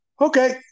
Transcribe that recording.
Okay